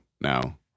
now